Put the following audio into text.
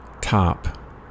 top